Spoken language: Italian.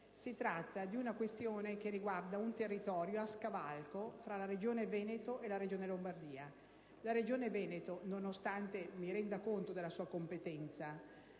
Si tratta di una questione che riguarda un territorio a scavalco fra la Regione Veneto e la Regione Lombardia. Premetto che mi rendo conto della competenza